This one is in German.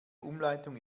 umleitung